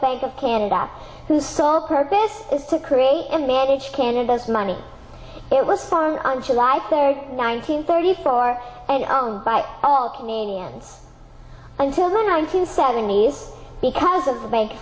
bank of canada whose sole purpose is to create and manage canada's money it was fun on july third nineteen thirty four and owned by all canadians until the nineteen seventies because of